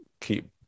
keep